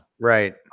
Right